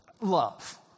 love